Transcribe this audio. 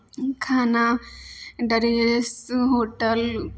खाना dress hotel